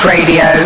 Radio